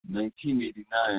1989